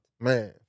Man